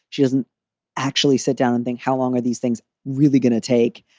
she doesn't actually sit down and think, how long are these things really going to take?